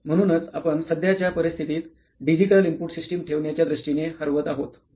म्हणूनच आपण सध्याच्या परिस्थितीत डिजिटल इनपुट सिस्टम ठेवण्याच्या दृष्टीने हरवत आहोत